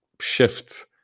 shifts